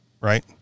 right